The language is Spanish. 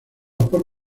por